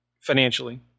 financially